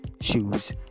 shoes